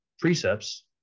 precepts